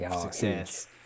success